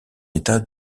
état